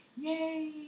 yay